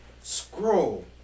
scroll